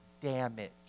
damage